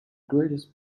greatest